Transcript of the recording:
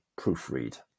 proofread